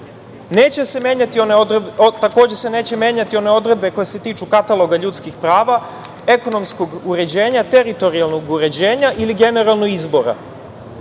Neće se menjati one odredbe, koje se tiču kataloga ljudskih prava, ekonomskog uređenja, teritorijalnog uređenja ili generalno izbora